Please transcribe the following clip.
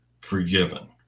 forgiven